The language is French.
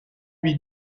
lui